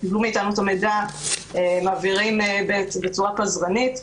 מאיתנו את המידע מעבירים בצורה פזרנית,